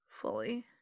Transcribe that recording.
Fully